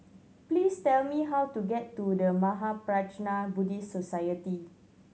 please tell me how to get to The Mahaprajna Buddhist Society